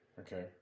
okay